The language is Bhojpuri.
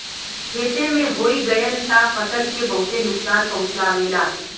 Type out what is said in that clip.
खेते में होई गयल त फसल के बहुते नुकसान पहुंचावेला